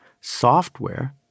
Software